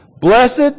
Blessed